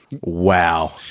Wow